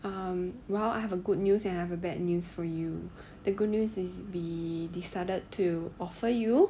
um well I have a good news and a bad news for you the good news is we decided to offer you